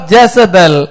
Jezebel